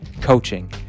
coaching